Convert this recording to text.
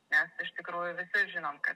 nes iš tikrųjų visi žinom kad